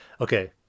Okay